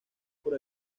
por